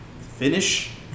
finish